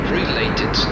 related